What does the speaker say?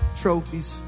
trophies